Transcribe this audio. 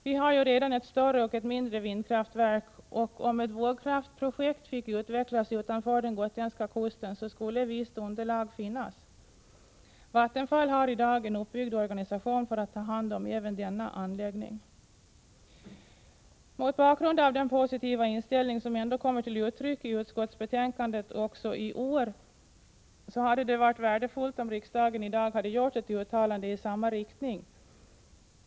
Vi har ju redan ett större och ett mindre vindkraftverk, och om ett vågkraftprojekt fick utvecklas utanför den gotländska kusten skulle visst underlag finnas. Vattenfall har i dag en uppbyggd organisation för att ta hand om även denna anläggning. Mot bakgrund av den positiva inställning som ändå kommer till uttryck i utskottsbetänkandet också i år hade det varit värdefullt om riksdagen i dag hade gjort ett uttalande i samma riktning.